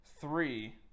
Three